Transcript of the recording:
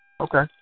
Okay